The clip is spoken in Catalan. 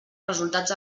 resultats